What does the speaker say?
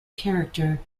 character